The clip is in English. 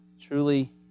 truly